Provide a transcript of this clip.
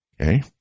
Okay